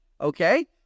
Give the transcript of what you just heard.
Okay